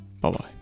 Bye-bye